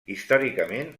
històricament